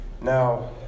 now